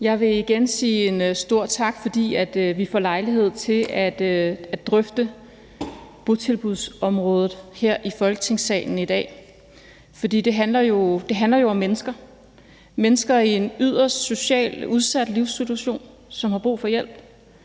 Jeg vil igen sige en stor tak, fordi vi får lejlighed til at drøfte botilbudsområdet her i Folketingssalen i dag. For det handler jo om mennesker, mennesker i en socialt yderst udsat livssituation, som har brug for hjælp.